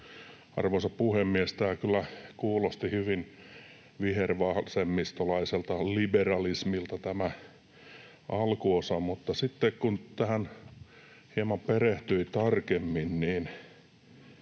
Arvoisa puhemies! Tämä alkuosa kyllä kuulosti hyvin vihervasemmistolaiselta liberalismilta, mutta sitten, kun tähän hieman perehtyi tarkemmin,